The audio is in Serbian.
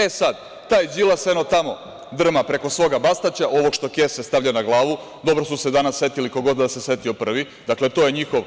E sad, taj Đilas eno tamo drma preko svoga Bastaća, ovog što kese stavlja na glavu, dobro su se danas setili, ko god da se setio prvi, dakle, to je njihov